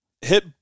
hit